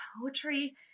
poetry